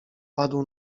padł